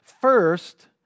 First